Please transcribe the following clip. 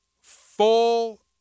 full